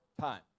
time